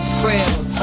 frills